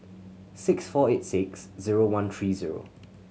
six four eight six zero one three zero